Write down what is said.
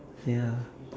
ya